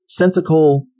sensical